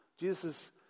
Jesus